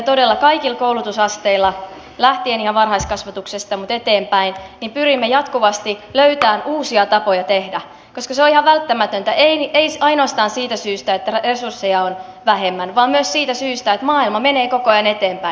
todella kaikilla koulutusasteilla lähtien ihan varhaiskasvatuksesta eteenpäin pyrimme jatkuvasti löytämään uusia tapoja tehdä koska se on ihan välttämätöntä ei ainoastaan siitä syystä että resursseja on vähemmän vaan myös siitä syystä että maailma menee koko ajan eteenpäin